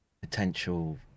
potential